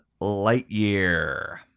Lightyear